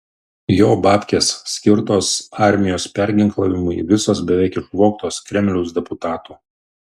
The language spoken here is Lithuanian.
jo babkės skirtos armijos perginklavimui visos beveik išvogtos kremliaus deputatų